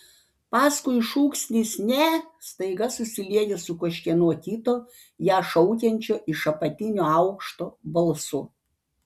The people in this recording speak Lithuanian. paskui šūksnis ne staiga susiliejo su kažkieno kito ją šaukiančio iš apatinio aukšto balsu